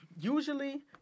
usually